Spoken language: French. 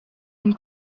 une